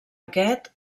aquest